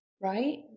right